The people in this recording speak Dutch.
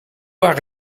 waren